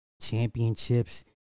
championships